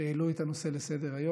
שהעלו את הנושא לסדר-היום.